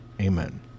Amen